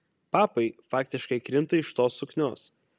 papai faktiškai krinta iš tos suknios